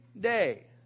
day